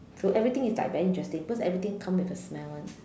so everything is like very interesting because everything comes with a smell [one]